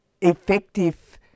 effective